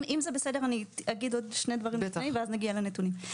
אם זה בסדר, אגיד עוד שני דברים ואז נגיע לנתונים.